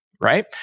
right